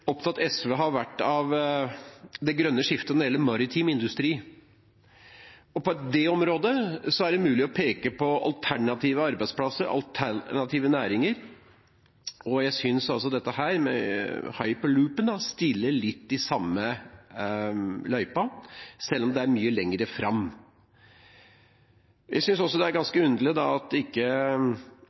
opptatt SV har vært av det grønne skiftet når det gjelder maritim industri. På det området er det mulig å peke på alternative arbeidsplasser, alternative næringer, og jeg synes altså dette med hyperloopen er litt i samme løype, selv om det er mye lenger fram. Jeg synes det er ganske underlig at